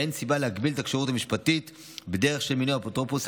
ואין סיבה להגביל את הכשירות המשפטית בדרך של מינוי אפוטרופוס.